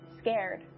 scared